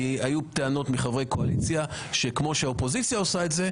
היו טענות מחברי קואליציה שכמו שהאופוזיציה עושה את זה,